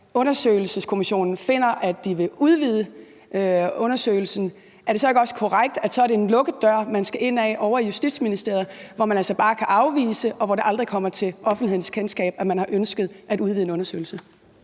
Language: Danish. undersøgelseskommissionen finder, at de vil udvide undersøgelsen, er det så ikke også korrekt, at så er det en lukket dør, man skal ind ad ovre i Justitsministeriet, hvor man altså bare kan afvise det, og hvor det aldrig kommer til offentlighedens kendskab, at man har ønsket at udvide en undersøgelse?